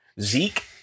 Zeke